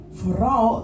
vooral